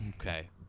Okay